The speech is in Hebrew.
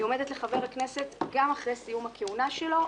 היא עומדת לחבר הכנסת גם לאחר סיום הכהונה שלו,